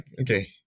okay